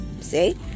See